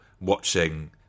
watching